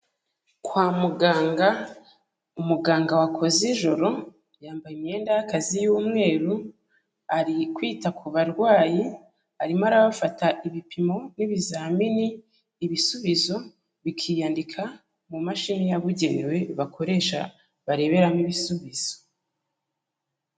Kwa muganga umuganga wakoze ijoro yambaye imyenda y'akazi y'umweru, ari kwita ku barwayi arimo arabafata ibipimo n'ibizamini, ibisubizo bikiyandika mu mashini yabugenewe bakoresha bareberamo ibisubizo.